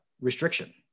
restriction